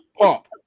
up